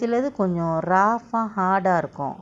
சிலது கொஞ்சோ:silathu konjo rough ah hard ah இருக்கு:irukku